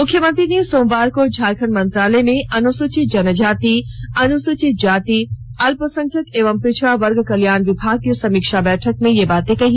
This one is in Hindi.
मुख्यमंत्री ने सोमवार को झारखंड मंत्रालय में अनुसूचित जनजाति अनुसूचित जाति अल्पसंख्यक एवं पिछड़ा वर्ग कल्याण विभाग की समीक्षा बैठक में ये बाते कहीं